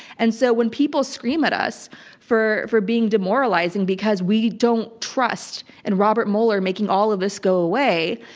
and so when people scream at us for for being demoralizing because we don't trust in and robert mueller making all of this go away,